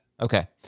Okay